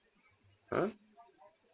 mm